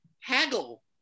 haggle